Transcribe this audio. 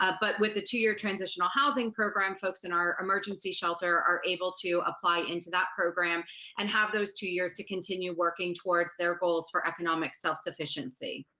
ah but with the two-year transitional housing program, folks in our emergency shelter are able to apply into that program and have those two years to continue working towards their goals for economic self-sufficiency.